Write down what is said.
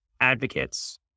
advocates